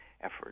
effort